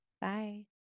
Bye